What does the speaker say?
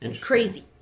crazy